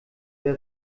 der